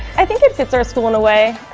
i think it's it's our schooling away,